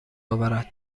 اورد